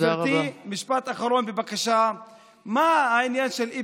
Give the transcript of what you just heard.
בבקשה לסיים.